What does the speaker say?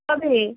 কবে